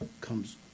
comes